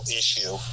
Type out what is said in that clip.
issue